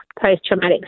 post-traumatic